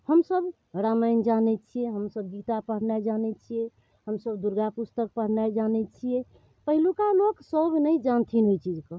हमसब रामायण जानै छियै हमसब गीता पढ़नाइ जानै छियै हमसब दुर्गा पुस्तक पढ़नाइ जानै छियै पहिलुका लोक सब नहि जानथिन ओहि चीजके